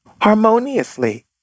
harmoniously